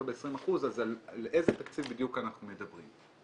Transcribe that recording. ב-20% אז על איזה תקציב בדיוק אנחנו מדברים.